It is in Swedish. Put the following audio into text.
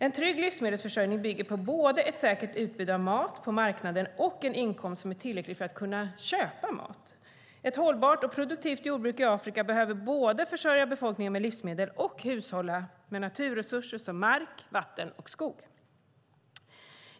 En trygg livsmedelsförsörjning bygger på både ett säkert utbud av mat på marknaden och en inkomst som är tillräcklig för att kunna köpa mat. Ett hållbart och produktivt jordbruk i Afrika behöver både försörja befolkningen med livsmedel och hushålla med naturresurser som mark, vatten och skog.